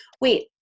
Wait